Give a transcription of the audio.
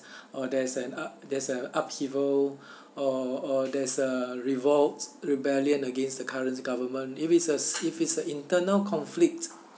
or there's an up~ there's a upheaval or or there's a revolt rebellion against the current government if it's a if it's a internal conflict